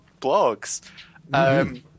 blogs